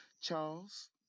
Charles